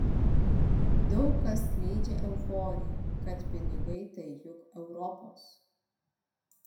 daug kas skleidžia euforiją kad pinigai tai juk europos